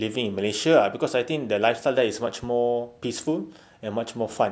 living in malaysia ah cause I think the lifestyle there is much more peaceful and much more fun